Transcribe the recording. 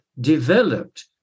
developed